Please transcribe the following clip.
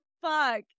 fuck